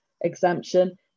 exemption